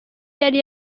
yari